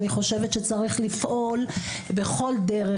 אני חושבת שצריך לפעול בכל דרך,